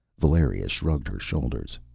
valeria shrugged her shoulders.